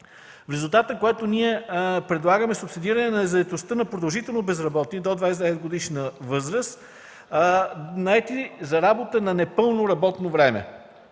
в резултат на което ние предлагаме субсидиране на заетостта на продължително безработните до 29-годишна възраст, наети за работа на непълно работно време.